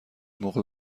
موقع